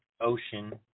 ocean